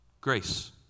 grace